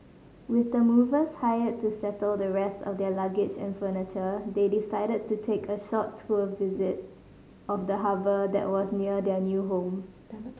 with the movers hired to settle the rest of their luggage and furniture they decided to take a short tour visit of the harbour that was near their new home